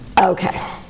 Okay